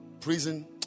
prison